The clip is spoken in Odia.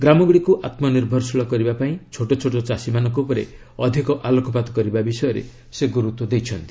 ଗ୍ରାମଗୁଡ଼ିକୁ ଆତ୍କନିର୍ଭରଶୀଳ କରିବାପାଇଁ ଛୋଟ ଛୋଟ ଚାଷୀମାନଙ୍କ ଉପରେ ଅଧିକ ଆଲୋକପାତ କରିବା ବିଷୟରେ ସେ ଗୁରୁତ୍ୱ ଦେଇଛନ୍ତି